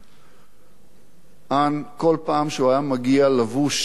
אן, כל פעם שהוא היה מגיע לבוש בצורה נאותה